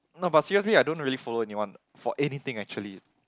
not buy seriously I don't really follow anyone for anything actually